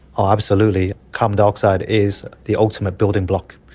ah absolutely, carbon dioxide is the ultimate building block,